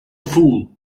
fool